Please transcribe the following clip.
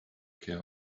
care